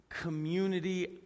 community